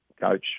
coach